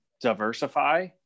diversify